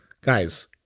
Guys